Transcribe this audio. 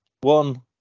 One